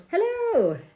Hello